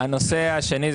השני,